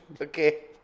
Okay